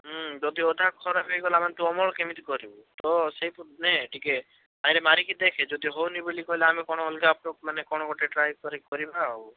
ଯଦି ଅଧା ଖରାପ ହେଇଗଲା ମାନେ ତୁ ଅମଳ କେମତି କରିବୁ ତ ସେଇପଟୁ ନେ ଟିକିଏ ତାହିଁରେ ମାରିକି ଦେଖେ ଯଦି ହେଉନି ବୋଲି କହିଲେ ଆମେ କ'ଣ ଅଲଗା ମାନେ କ'ଣ ଗୋଟେ ଟ୍ରାଏ କରିକି କରିବା ଆଉ